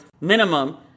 minimum